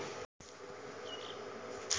भारत मे फसल केर रिकॉर्ड स्तर पर उत्पादन भए रहल छै